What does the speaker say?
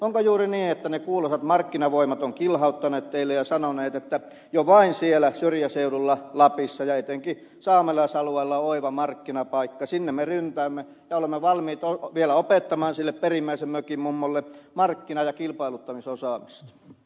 onko juuri niin että ne kuuluisat markkinavoimat ovat kilhauttaneet teille ja sanoneet että jo vain siellä syrjäseudulla lapissa ja etenkin saamelaisalueella on oiva markkinapaikka sinne me ryntäämme ja olemme valmiita vielä opettamaan sille perimmäisen mökin mummolle markkina ja kilpailuttamisosaamista